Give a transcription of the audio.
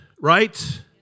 right